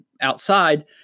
outside